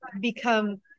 become